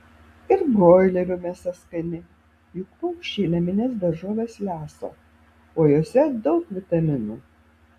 ir broilerių mėsa skani juk paukščiai namines daržoves lesa o jose daug vitaminų